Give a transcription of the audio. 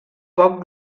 poc